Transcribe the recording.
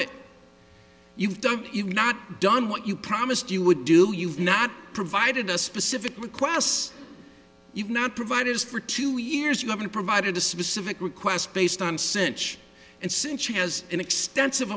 it you've done you've not done what you promised you would do you've not provided a specific requests you've not provided for two years you haven't provided a specific request based on search and since she has an extensive